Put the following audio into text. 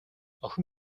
охин